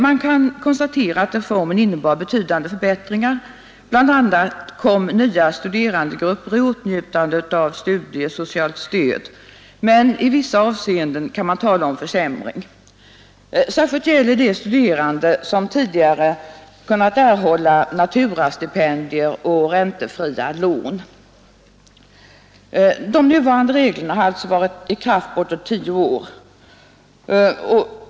Man kan konstatera att reformen innebar betydande förbättringar. Bl. a. kom nya studerandegrupper i åtnjutande av studiesocialt stöd. Men i vissa avseenden kan man tala om försämring. Särskilt gäller det studerande vilka tidigare kunnat erhålla naturastipendier och räntefria lån. De nuvarande reglerna har alltså varit i kraft bortåt tio år.